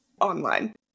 online